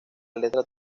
letra